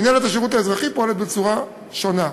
ומינהלת השירות האזרחי פועלת בצורה שונה.